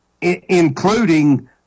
including